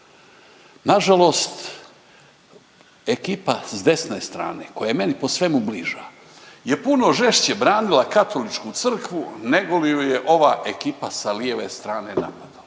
Nažalost ekipa s desne strane koja je meni po svemu bliža je puno žešće branila Katoličku crkvu nego li ju je ova ekipa sa lijeve strane napadala.